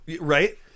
Right